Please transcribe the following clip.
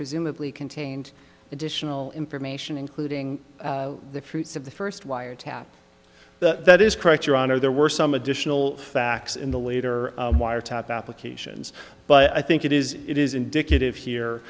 presumably contained additional information including the fruits of the first wiretap the that is correct your honor there were some additional facts in the later wiretap applications but i think it is it is indicative